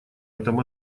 этом